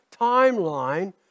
timeline